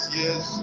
yes